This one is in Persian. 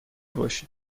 باشید